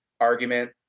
argument